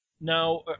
Now